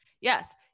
Yes